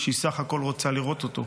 שהיא בסך הכול רוצה לראות אותו.